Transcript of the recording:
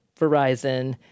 Verizon